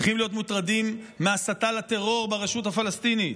צריכים להיות מוטרדים מהסתה לטרור ברשות הפלסטינית,